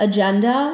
Agenda